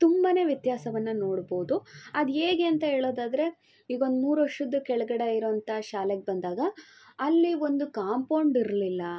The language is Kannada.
ತುಂಬ ವ್ಯತ್ಯಾಸವನ್ನು ನೋಡ್ಬೋದು ಅದು ಹೇಗೆ ಅಂತ ಹೇಳೊದಾದ್ರೆ ಈಗೊಂದು ಮೂರು ವರ್ಷದ ಕೆಳಗಡೆ ಇರೊವಂಥ ಶಾಲೆಗೆ ಬಂದಾಗ ಅಲ್ಲಿ ಒಂದು ಕಾಂಪೌಂಡ್ ಇರಲಿಲ್ಲ